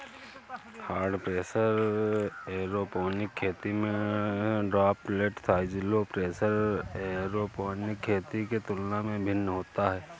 high pressure aeroponic खेती में droplet size low pressure aeroponic खेती के तुलना में भिन्न होता है